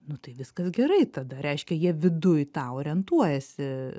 nu tai viskas gerai tada reiškia jie viduj tą orientuojasi